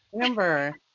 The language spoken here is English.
Amber